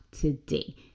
today